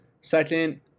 Second